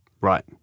Right